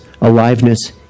aliveness